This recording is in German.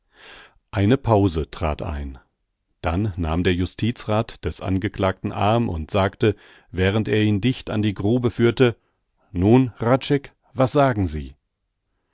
eine pause trat ein dann nahm der justizrath des angeklagten arm und sagte während er ihn dicht an die grube führte nun hradscheck was sagen sie